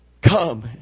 Come